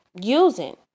using